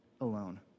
alone